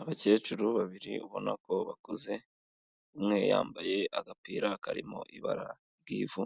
Abakecuru babiri ubona ko bakuze, umwe yambaye agapira karimo ibara ry'ivu